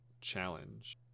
challenge